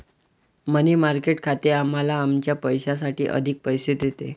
मनी market खाते आम्हाला आमच्या पैशासाठी अधिक पैसे देते